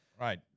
Right